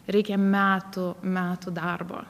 reikia metų metų darbo